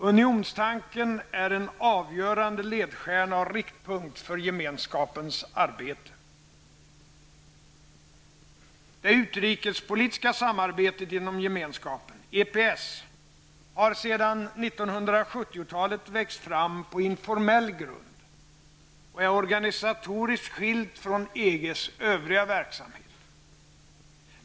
Unionstanken är en avgörande ledstjärna och riktpunkt för Gemenskapen, EPS, har sedan 1970-talet växt fram på informell grund, och är organisatoriskt skilt från EGs övriga verksamhet.